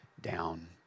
down